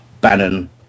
Bannon